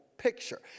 picture